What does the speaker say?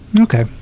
Okay